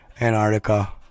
Antarctica